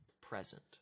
present